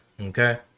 Okay